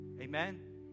Amen